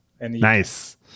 Nice